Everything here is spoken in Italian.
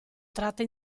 tratta